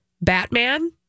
Batman